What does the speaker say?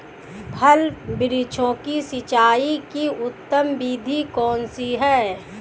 फल वृक्षों की सिंचाई की उत्तम विधि कौन सी है?